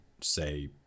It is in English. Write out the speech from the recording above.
say